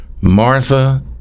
Martha